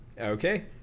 Okay